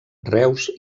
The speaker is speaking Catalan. reus